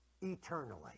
eternally